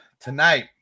tonight